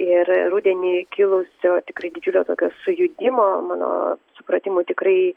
ir rudenį kilusio tikrai didžiulio tokio sujudimo mano supratimu tikrai